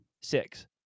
six